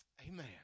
Amen